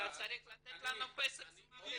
אתה צריך לתת לנו פסק זמן לטיפול.